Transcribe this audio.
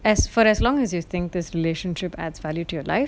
as for as long as you think this relationship adds value to your life